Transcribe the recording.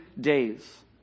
days